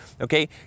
okay